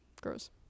Gross